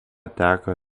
teka